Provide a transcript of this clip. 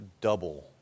double